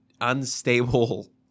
unstable